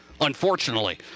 unfortunately